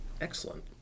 Excellent